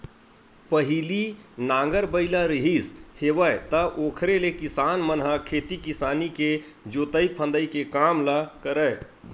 पहिली नांगर बइला रिहिस हेवय त ओखरे ले किसान मन ह खेती किसानी के जोंतई फंदई के काम ल करय